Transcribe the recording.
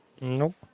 nope